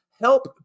Help